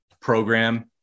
program